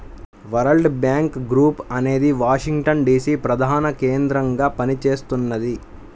world Bank Group అనేది Washington DC ప్రధానకేంద్రంగా పనిచేస్తున్నది